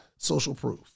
socialproof